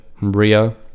Rio